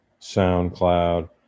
SoundCloud